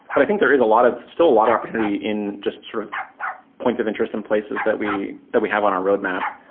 but i think there is a lot of still a lot of opportunity in just sort of points of interest in places that we that we have on our roadmap.